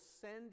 send